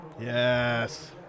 Yes